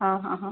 हा हा हा